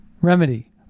remedy